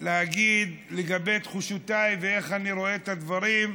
להגיד לגבי תחושותיי ואיך אני רואה את הדברים,